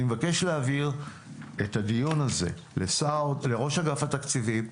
אני מבקש להעביר את הדיון הזה לראש אגף התקציבים,